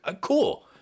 cool